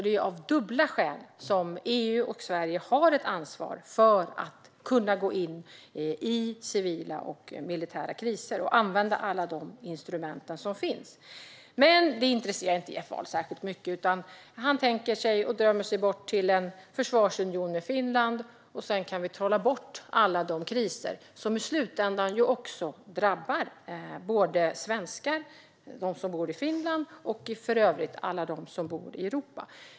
Det är av dubbla skäl som EU och Sverige har ett ansvar för att kunna gå in i civila och militära kriser och använda alla de instrument som finns. Men det intresserar inte Jeff Ahl särskilt mycket. Han drömmer sig bort till en försvarsunion med Finland. Sedan kan vi trolla bort alla de kriser som i slutändan också drabbar såväl svenskar som dem som bor i Finland och för övrigt alla dem som bor i Europa.